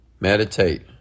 Meditate